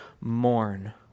mourn